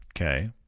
Okay